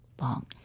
long